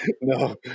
no